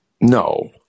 No